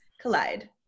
collide